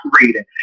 reading